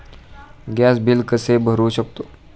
Gas bill कसे भरू शकतो?